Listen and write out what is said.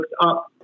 up